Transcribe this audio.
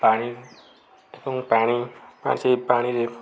ପାଣି ଏବଂ ପାଣି ହଁ ସେହି ପାଣିରେ